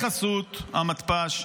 בחסות המתפ"ש.